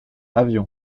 avion